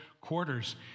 quarters